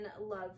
love